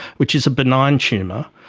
which is a benign tumour,